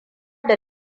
da